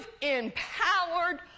empowered